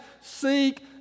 seek